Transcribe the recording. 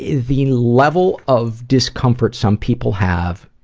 the level of discomfort some people have,